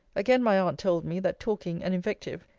again my aunt told me, that talking and invective,